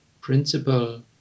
principle